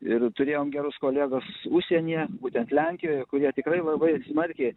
ir turėjom gerus kolegas užsienyje būtent lenkijoje kurie tikrai labai smarkiai